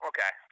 Okay